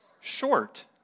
Short